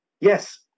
yes